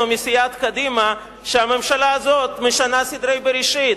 מסיעת קדימה שהממשלה הזאת משנה סדרי בראשית,